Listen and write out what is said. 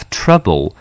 trouble